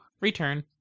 return